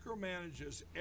micromanages